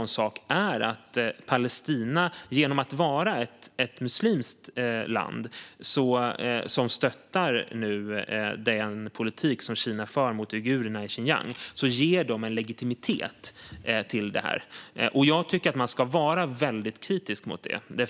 När Palestina som ett muslimskt land nu stöttar den politik som Kina för mot uigurerna i Xinjiang ger de en legitimitet åt detta. Jag tycker att man ska vara väldigt kritisk mot det.